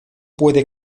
puede